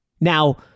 Now